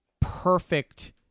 perfect